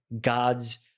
God's